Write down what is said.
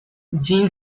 jean